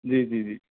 جی جی جی